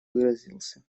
выразился